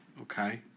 Okay